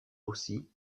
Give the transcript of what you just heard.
aussi